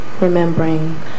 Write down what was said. remembering